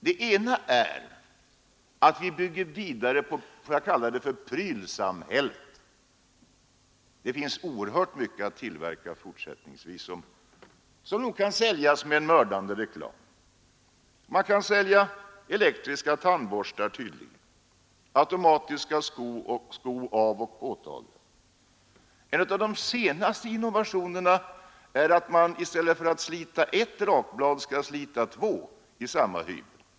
Den ena är att vi bygger vidare på prylsamhället — det finns fortsättningsvis oerhört mycket att tillverka som nog kan säljas med en mördande reklam. Man kan tydligen sälja elektriska tandborstar, automatiska påoch avtagare för skor. En av de senaste innovationerna är att man i stället för att slita ett rakblad skall slita två i samma hyvel.